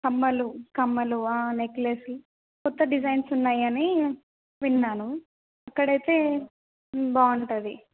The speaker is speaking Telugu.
కమ్మలు కమ్మలు నెక్లెస్ కొత్త డిజైన్స్ ఉన్నాయని విన్నాను ఇక్కడైతే బాగుంటుంది